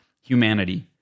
humanity